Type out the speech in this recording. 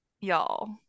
Y'all